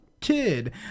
kid